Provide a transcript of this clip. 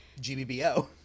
gbbo